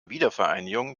wiedervereinigung